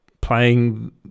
playing